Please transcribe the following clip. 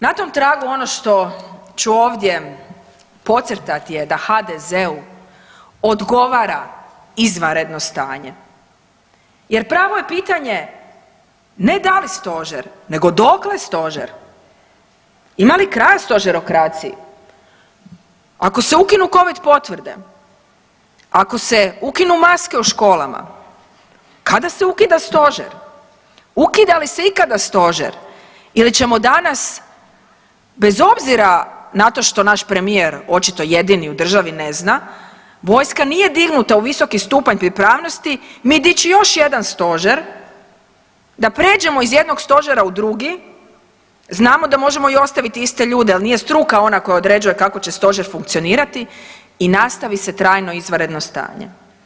Na tom tragu ono što ću ovdje podcrtat je da HDZ-u odgovara izvanredno stanje jer pravo je pitanje ne da li stožer nego dokle stožer, ima li kraja stožerokraciji, ako se ukinu covid potvrde, ako se ukinu maske u školama, kada se ukida stožer, ukida li se ikada stožer ili ćemo danas bez obzira na to što naš premijer očito jedini u državi ne zna vojska nije dignuta u visoki stupanj pripravnosti, mi dići još jedan stožer da pređemo iz jednog stožera u drugi, znamo da možemo i ostaviti iste ljude, al nije struka ona koja određuje kako će stožer funkcionirati i nastavi se trajno izvanredno stanje.